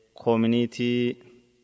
Community